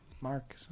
Mark